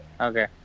okay